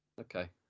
Okay